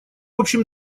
общем